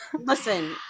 listen